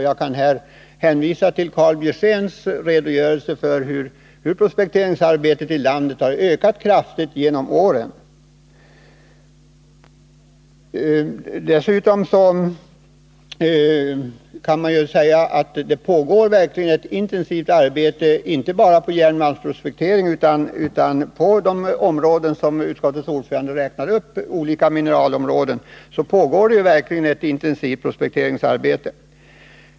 Jag hänvisar till Karl Björzéns redogörelse, som visade att prospekteringsarbetet i landet genom åren ökat kraftigt. Det pågår ett intensivt prospekteringsarbete inte bara när det gäller järnmalm utan när det gäller alla de mineraler som utskottets ordförande räknade upp.